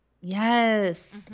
yes